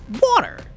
water